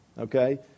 okay